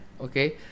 okay